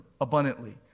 abundantly